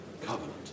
covenant